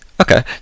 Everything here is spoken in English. Okay